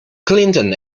clinton